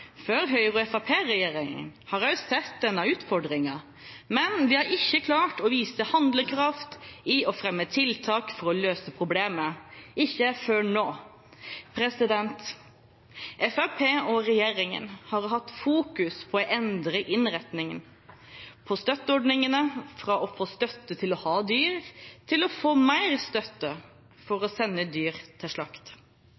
før Høyre–Fremskrittsparti-regjeringen, har også sett denne utfordringen, men de har ikke klart å vise handlekraft og fremme tiltak for å løse problemet – ikke før nå. Fremskrittspartiet og regjeringen har hatt fokus på å endre innretningen på støtteordningene fra å få støtte til å ha dyr til å få mer støtte